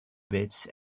bits